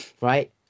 right